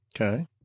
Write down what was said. Okay